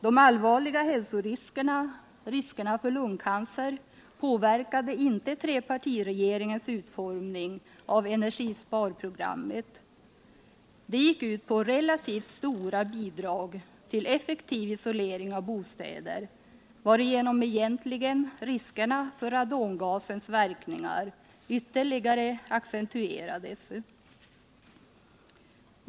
De allvarliga riskerna för lungcancer påverkade inte trepartiregeringens utformning av energisparprogrammet. Det gick ut på relativt stora bidrag till effektiv isolering av bostäder, varigenom riskerna för radongasens verkningar egentligen ytterligare accentuerades.